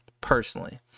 personally